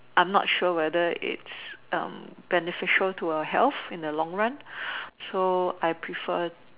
I'm not sure whether it's um beneficial to your health in the long run so I prefer